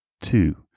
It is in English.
two